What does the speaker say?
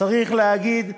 צריך להגיד,